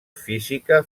física